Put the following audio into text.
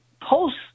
post